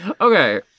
Okay